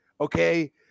Okay